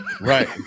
Right